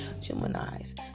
Gemini's